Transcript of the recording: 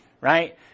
right